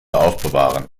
aufbewahren